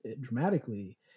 dramatically